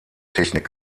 technik